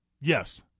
Yes